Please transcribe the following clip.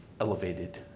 elevated